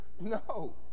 No